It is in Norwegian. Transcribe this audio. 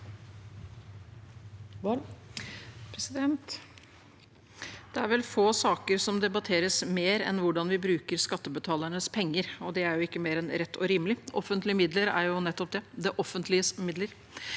Det er vel få saker som debatteres mer enn hvordan vi bruker skattebetalernes penger. Det er ikke mer enn rett og rimelig, for offentlige midler er nettopp det: